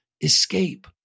escape